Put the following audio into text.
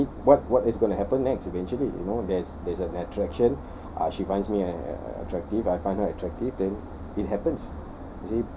meet what what is gonna happen next eventually you know there's there's an attraction ah she finds me a~ attractive I find her attractive then it happens